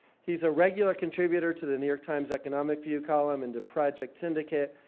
he's a regular contributor to the new york times economic view column and to project syndicate,